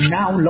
Now